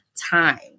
time